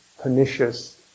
pernicious